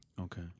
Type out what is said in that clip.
Okay